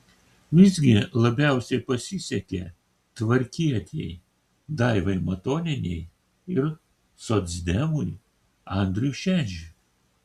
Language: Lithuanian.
visgi labiausiai pasisekė tvarkietei daivai matonienei ir socdemui andriui šedžiui